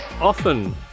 often